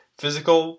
physical